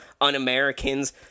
un-Americans